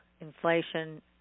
Inflation